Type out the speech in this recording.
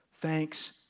thanks